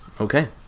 Okay